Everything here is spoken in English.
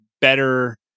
better